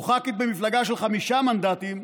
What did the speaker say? או ח"כית במפלגה של חמישה מנדטים,